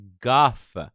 guff